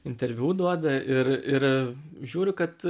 interviu duoda ir ir žiūriu kad